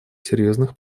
серьезных